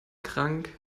krank